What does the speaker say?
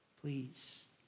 please